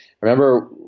remember